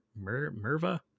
Merva